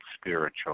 spiritual